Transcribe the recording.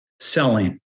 selling